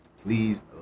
Please